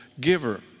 giver